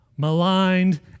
maligned